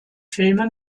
filme